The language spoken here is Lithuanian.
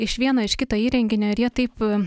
iš vieno iš kito įrenginio ir jie taip